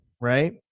Right